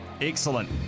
Excellent